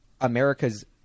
america's